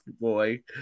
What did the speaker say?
boy